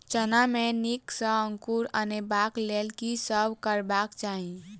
चना मे नीक सँ अंकुर अनेबाक लेल की सब करबाक चाहि?